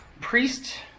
priest